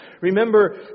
Remember